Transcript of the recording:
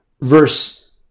verse